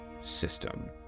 system